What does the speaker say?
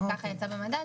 כי כך יצא במדד,